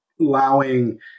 allowing